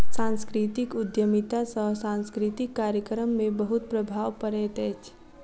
सांस्कृतिक उद्यमिता सॅ सांस्कृतिक कार्यक्रम में बहुत प्रभाव पड़ैत अछि